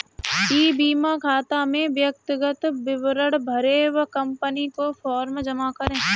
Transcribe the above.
ई बीमा खाता में व्यक्तिगत विवरण भरें व कंपनी को फॉर्म जमा करें